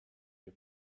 you